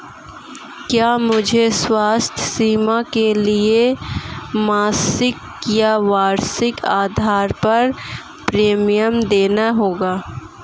क्या मुझे स्वास्थ्य बीमा के लिए मासिक या वार्षिक आधार पर प्रीमियम देना होगा?